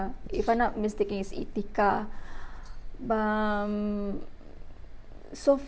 if I'm not mistaken it's etiqa b~ um so